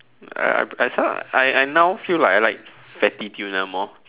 uh it's not I I now feel like I like fatty tuna more